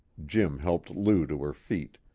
jim helped lou to her feet.